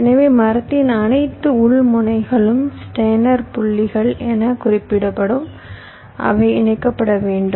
எனவே மரத்தின் அனைத்து உள் முனைகளும் ஸ்டெய்னர் புள்ளிகள் என குறிப்பிடப்படும் அவை இணைக்கப்பட வேண்டும்